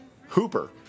Hooper